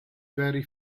very